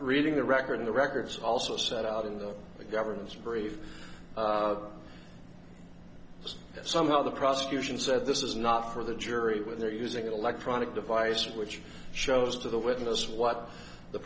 reading the record in the records also set out in the government's brief somehow the prosecution said this is not for the jury with their using an electronic device which shows to the witness what the